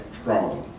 strong